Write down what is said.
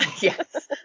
Yes